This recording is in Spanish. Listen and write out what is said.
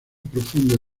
profundo